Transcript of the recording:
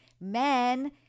Men